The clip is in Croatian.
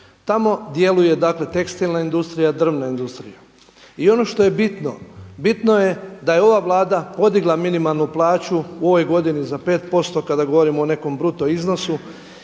Tamo djeluje dakle tekstilna industrija, drvna industrija. I ono što je bitno, bitno je da je ova Vlada podigla minimalnu plaću u ovoj godini za 5% kada govorimo o nekom bruto iznosu